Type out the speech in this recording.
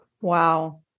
Wow